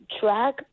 track